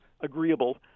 agreeable